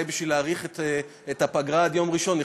אולי בשביל להאריך את הפגרה עד יום ראשון,